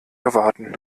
erwarten